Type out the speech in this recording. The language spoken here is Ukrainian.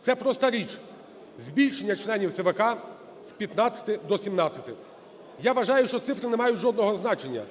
Це проста річ: збільшення членів ЦВК з 15-и до 17-и. Я вважаю, що цифри не мають жодного значення,